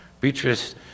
Beatrice